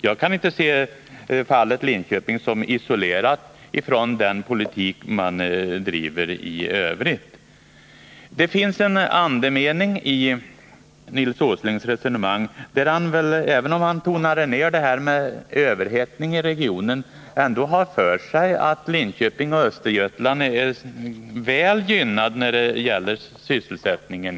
Jag kan inte se fallet Linköping isolerat ifrån den politik regeringen bedriver i övrigt. En andemening i Nils Åslings resonemang — även om han tonar ner det här med överhettning i regionen — är ändå att han har för sig att Linköpingsregionen och Östergötland är väl gynnade när det gäller sysselsättningen.